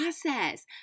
process